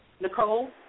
Nicole